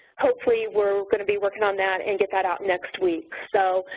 hopefully, we're gonna be working on that and get that out next week. so,